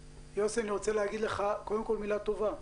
יוסי, אני רוצה להגיד לך קודם כול מילה טובה.